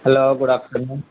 hello good afternoon